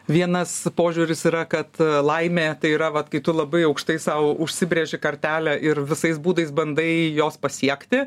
vienas požiūris yra kad laimė tai yra vat kai tu labai aukštai sau užsibrėži kartelę ir visais būdais bandai jos pasiekti